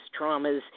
traumas